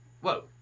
whoa